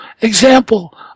example